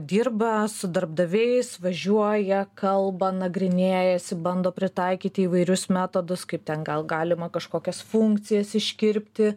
dirba su darbdaviais važiuoja kalba nagrinėjasi bando pritaikyti įvairius metodus kaip ten gal galima kažkokias funkcijas iškirpti